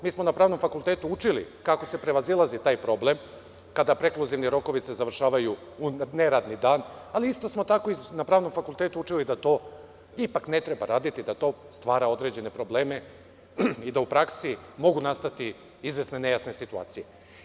Mi smo na pravnom fakultetu učili, kako se prevazilazi taj problem, kada se prekluzivni rokovi završavaju u neradni dan, ali isto smo tako na pravnom fakultetu učili da to ipak ne treba raditi, da to stvara određene probleme, i da u praksi mogu nastati izvesne nejasne situacije.